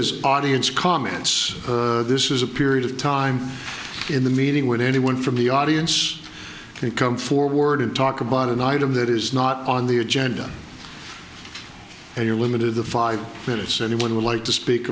is audience comments this is a period of time in the meeting with anyone from the audience can come forward and talk about an item that is not on the agenda and you're limited to five minutes anyone would like to speak